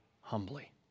humbly